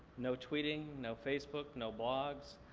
no tweeting, no facebook, no blogs.